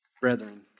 Brethren